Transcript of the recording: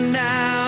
now